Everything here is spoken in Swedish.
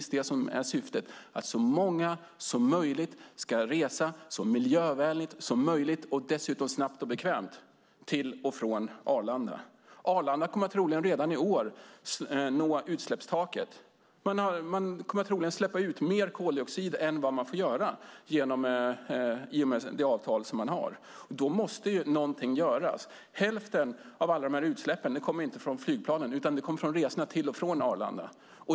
Syftet är att så många som möjligt ska resa så miljövänligt som möjligt, och dessutom snabbt och bekvämt, till och från Arlanda. Arlanda kommer troligen redan i år att nå utsläppstaket. Man kommer troligen att släppa ut mer koldioxid än vad man får göra i och med det avtal som man har. Då måste någonting göras. Hälften av alla dessa utsläpp kommer inte från flygplanen utan från resorna till och från Arlanda.